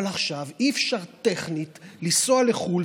אבל עכשיו אי-אפשר טכנית לנסוע לחו"ל,